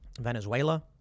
Venezuela